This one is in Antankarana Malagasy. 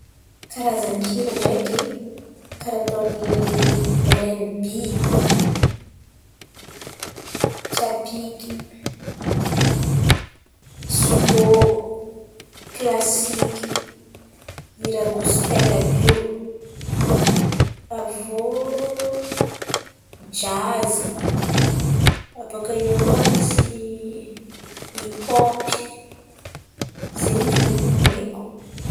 Karazan-kira ndraiky karà ataon'ery RNB, tsapiky, slô, kalsiky, hira gôspely àby io, avy eo jazy, abôkà eo koa misy hipôpy, zen̈y ziô no haiko.